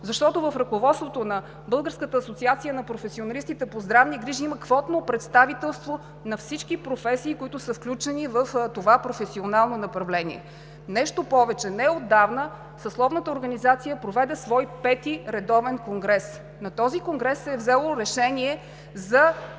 защото в ръководството на Българската асоциация на професионалистите по здравни грижи има квотно представителство на всички професии, които са включени в това професионално направление. Нещо повече. Неотдавна Съсловната организация проведе свой пети редовен конгрес. На този конгрес се е взело решение за